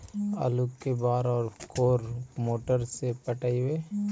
आलू के बार और कोन मोटर से पटइबै?